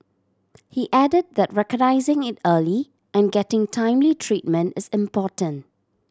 he added that recognising it early and getting timely treatment is important